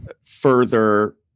further